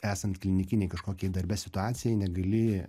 esant klinikinei kažkokiai darbe situacijai negali